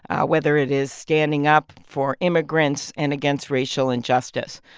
ah whether it is standing up for immigrants and against racial injustice.